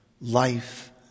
life